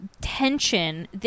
tension